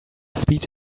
speech